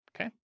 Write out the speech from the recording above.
okay